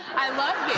i love